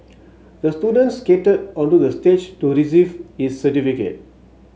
the student skated onto the stage to receive his certificate